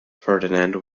ferdinand